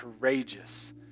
courageous